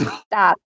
Stop